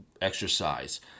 exercise